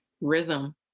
rhythm